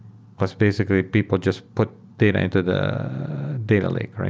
ah basically, people just put data into the data lake.